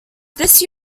this